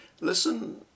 listen